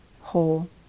whole